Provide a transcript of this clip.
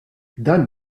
dan